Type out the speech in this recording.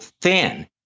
thin